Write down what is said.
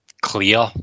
clear